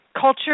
Culture